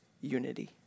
unity